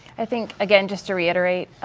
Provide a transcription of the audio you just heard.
i think again, just to reiterate,